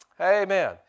Amen